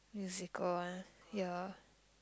musical one ya